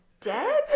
dead